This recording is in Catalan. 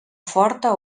forta